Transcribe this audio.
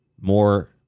more